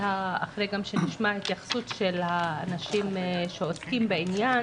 אחרי שנשמע התייחסות של האנשים שעוסקים בעניין,